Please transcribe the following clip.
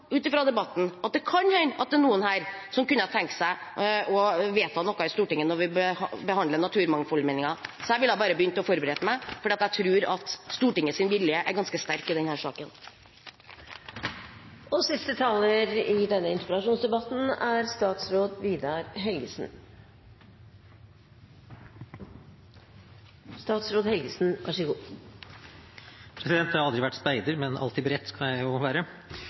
det kan hende at det er noen her som kunne tenke seg å vedta noe i Stortinget når vi behandler naturmangfoldmeldingen. Jeg ville bare ha begynt å forberede meg, for jeg tror at Stortingets vilje er ganske sterk i denne saken. Jeg har aldri vært speider, men alltid beredt skal jeg jo være. Jeg vil få lov til å takke interpellanten og øvrige representanter for en god